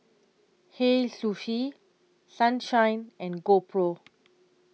Hei Sushi Sunshine and GoPro